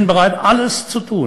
וסבינו, ממש כמונו,